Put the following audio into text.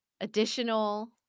additional